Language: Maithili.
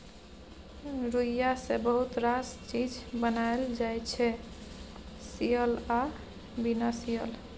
रुइया सँ बहुत रास चीज बनाएल जाइ छै सियल आ बिना सीयल